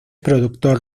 productor